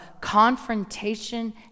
confrontation